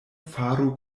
faru